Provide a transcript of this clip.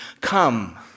Come